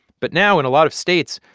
but now in a lot of states,